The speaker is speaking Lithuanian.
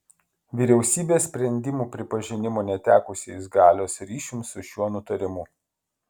vyriausybės sprendimų pripažinimo netekusiais galios ryšium su šiuo nutarimu